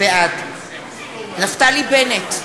בעד אלי בן-דהן, נגד נפתלי בנט,